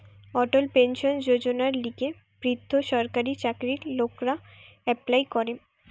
অটল pension যোজনার লিগে বৃদ্ধ সরকারি চাকরির লোকরা এপ্লাই করে